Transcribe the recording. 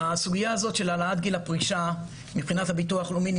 מבחינת הביטוח הלאומי הסוגיה הזאת של העלאת